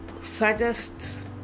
suggests